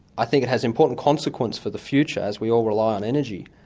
i think it has important consequences for the future as we all rely on energy,